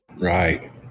Right